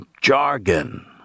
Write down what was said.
Jargon